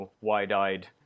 wide-eyed